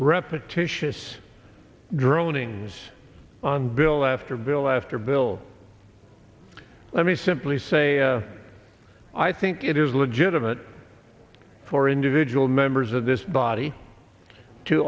repetitious droning is on bill after bill after bill let me simply say i think it is legitimate for individual members of this body to